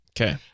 Okay